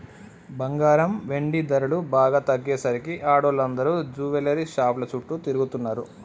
బంగారం, వెండి ధరలు బాగా తగ్గేసరికి ఆడోళ్ళందరూ జువెల్లరీ షాపుల చుట్టూ తిరుగుతున్నరు